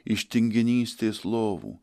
iš tinginystės lovų